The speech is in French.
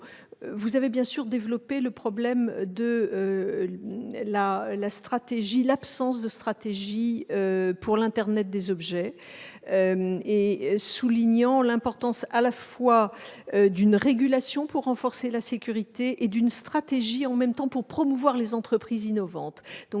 Vous avez développé le problème de l'absence de stratégie pour l'Internet des objets, en soulignant l'importance à la fois d'une régulation pour renforcer la sécurité et d'une stratégie pour promouvoir les entreprises innovantes.